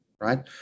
Right